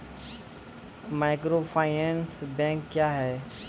Microfinance bank क्या हैं?